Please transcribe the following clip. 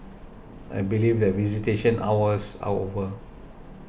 I believe that visitation hours are over